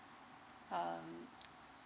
um